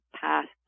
passed